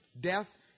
death